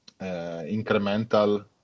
incremental